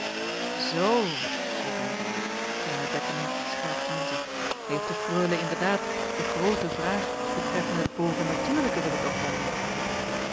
zoo zeî drenkelaer terwijl hij bettemie scherp aanzag heeft de freule inderdaad de groote vraag betreffende het bovennatuurlijke willen doorgronden